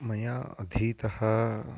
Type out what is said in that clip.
मया अधीतः